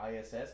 ISS